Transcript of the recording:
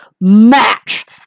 match